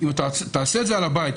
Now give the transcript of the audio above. אם תעשה את זה על הבית,